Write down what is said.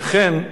לכן,